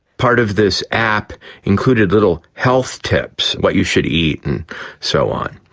part of this app included little health tips, what you should eat and so on.